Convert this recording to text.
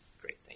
Great